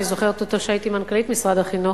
אני זוכרת אותו כשהייתי מנכ"לית משרד החינוך,